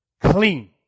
Clean